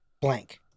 blank